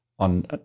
On